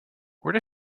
where